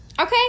Okay